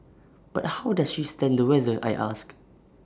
but how does she stand the weather I ask